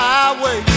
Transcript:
Highway